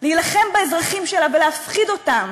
להילחם באזרחים שלה ולהפחיד אותם